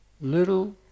little